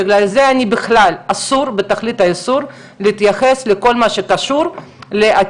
בגלל זה אסור לי בתכלית האיסור להתייחס לכל מה שקשור לעתירה